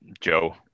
Joe